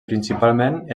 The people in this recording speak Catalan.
principalment